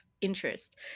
interest